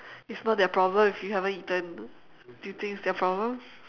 it's not their problem if you haven't eaten do you think it's their problem